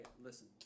Listen